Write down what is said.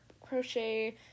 crochet